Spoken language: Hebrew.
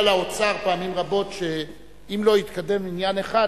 לאוצר פעמים רבות שאם לא יתקדם עניין אחד,